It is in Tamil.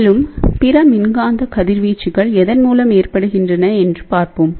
மேலும் பிற மின்காந்த கதிர்வீச்சுகள் எதன் மூலம் ஏற்படுகின்றன என்று பார்ப்போம்